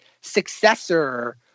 successor